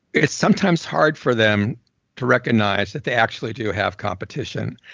it's sometimes hard for them to recognize that they actually do have competition.